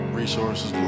resources